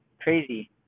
Crazy